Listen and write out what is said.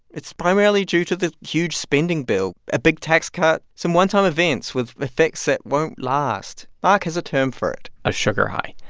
it's primarily due to the huge spending bill, a big tax cut some one-time events with effects that won't last. marc has a term for it a sugar high.